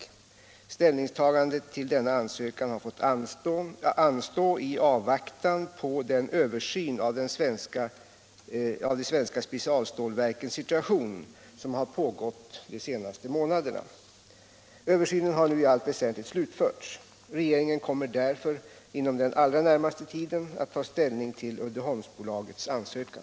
Ställningstagandet till denna ansökan har fått anstå i avvaktan på den översyn av de svenska specialstålverkens situation som har pågått under de senaste månaderna. Översynen har nu i allt väsentligt slutförts. Regeringen kommer därför inom den allra närmaste tiden att ta ställning till Uddeholmsbolagets ansökan.